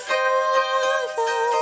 Father